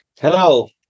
Hello